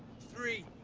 three.